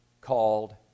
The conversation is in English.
called